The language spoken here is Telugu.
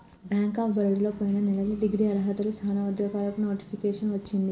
బ్యేంక్ ఆఫ్ బరోడలో పొయిన నెలలో డిగ్రీ అర్హతతో చానా ఉద్యోగాలకు నోటిఫికేషన్ వచ్చింది